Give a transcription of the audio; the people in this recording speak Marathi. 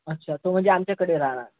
अच्छा तो म्हणजे आमच्याकडे राहणार